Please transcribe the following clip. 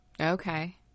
okay